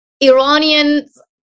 Iranians